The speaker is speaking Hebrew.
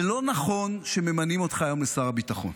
זה לא נכון שממנים אותך היום לשר הביטחון.